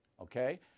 Okay